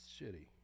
shitty